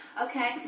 Okay